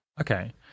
Okay